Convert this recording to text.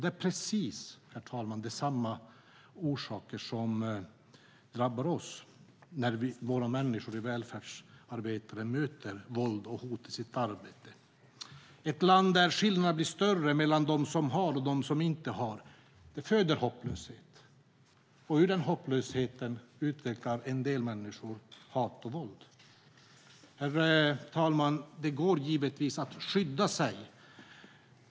Det är precis samma saker som drabbar oss när välfärdsarbetare möter våld och hot i sitt arbete. I ett land där skillnaderna blir större mellan dem som har och inte har föds hopplöshet. Ur den hopplösheten utvecklar en del människor hat och våld. Herr talman! Det går givetvis att skydda sig.